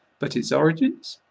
but its origins?